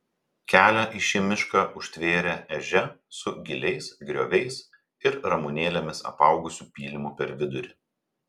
kelią į šį mišką užtvėrė ežia su giliais grioviais ir ramunėlėmis apaugusiu pylimu per vidurį